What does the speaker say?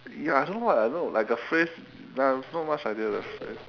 ya I don't know what I don't know like the phrase like I have not much idea the phrase